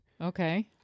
Okay